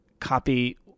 copy